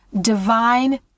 Divine